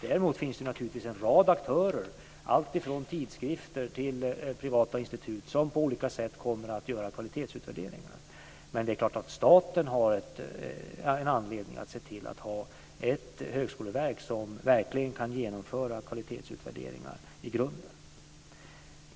Däremot finns det naturligtvis en rad aktörer, alltifrån tidskrifter till privata institut, som på olika sätt kommer att göra kvalitetsutvärderingar. Men det är klart att staten har anledning att se till att ha ett högskoleverk som verkligen kan genomföra kvalitetsutvärderingar i grunden.